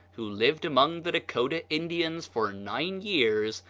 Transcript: who lived among the dakota indians for nine years,